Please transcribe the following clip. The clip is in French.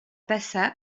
passa